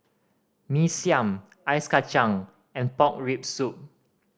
Mee Siam Ice Kachang and pork rib soup